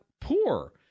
poor